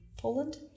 Poland